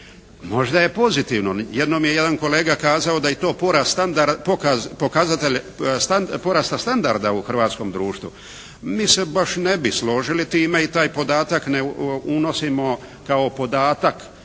Možda je pozitivno. Jednom je jedan kolega kazao da je i to pokazatelj porasta standarda u hrvatskom društvu. Mi se baš ne bi složili time i taj podatak ne unosimo kao podatak